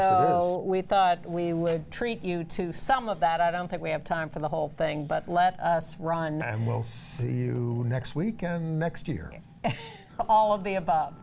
so we thought we would treat you to some of that i don't think we have time for the whole thing but let us run the most you next week and next year all of the about